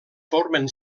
formen